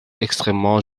extrêmement